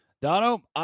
Dono